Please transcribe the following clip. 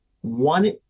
One